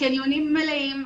הקניונים מלאים,